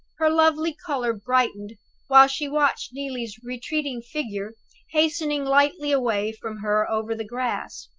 her lovely color brightened while she watched neelie's retreating figure hastening lightly away from her over the grass.